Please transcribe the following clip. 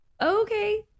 okay